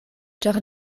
ĉar